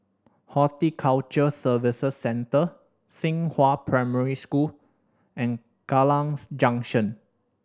Horticulture Services Centre Xinghua Primary School and Kallang Junction